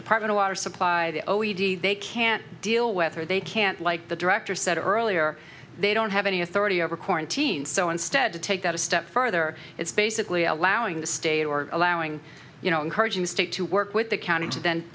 department of water supply the o e d they can't deal with her they can't like the director said earlier they don't have any authority over quarantine so instead to take that a step further it's basically allowing the state or allowing you know encouraging the state to work with the county to then